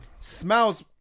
Smells